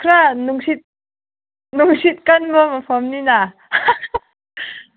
ꯈꯔ ꯅꯨꯡꯁꯤꯠ ꯀꯟꯕ ꯃꯐꯃꯅꯤꯅ